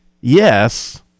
yes